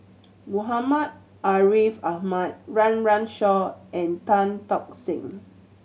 Muhammad Ariff Ahmad Run Run Shaw and Tan Tock Seng